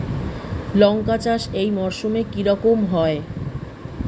লঙ্কা চাষ এই মরসুমে কি রকম হয়?